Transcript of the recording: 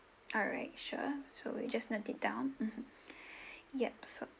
alright sure so we'll just noted down mmhmm yup so